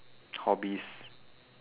hobbies